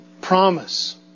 promise